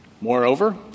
Moreover